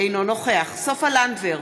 אינו נוכח סופה לנדבר,